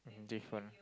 this one